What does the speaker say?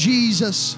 Jesus